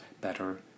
better